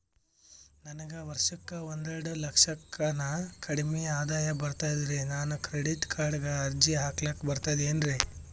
ನನಗ ವರ್ಷಕ್ಕ ಒಂದೆರಡು ಲಕ್ಷಕ್ಕನ ಕಡಿಮಿ ಆದಾಯ ಬರ್ತದ್ರಿ ನಾನು ಕ್ರೆಡಿಟ್ ಕಾರ್ಡೀಗ ಅರ್ಜಿ ಹಾಕ್ಲಕ ಬರ್ತದೇನ್ರಿ?